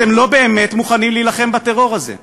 אתם לא באמת מוכנים להילחם בטרור הזה.